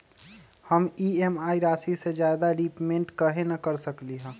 हम ई.एम.आई राशि से ज्यादा रीपेमेंट कहे न कर सकलि ह?